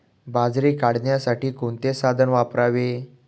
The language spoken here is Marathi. बाजरी काढण्यासाठी कोणते साधन वापरावे?